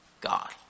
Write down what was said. God